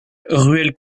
ruelle